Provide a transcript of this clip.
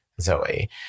Zoe